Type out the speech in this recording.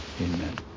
Amen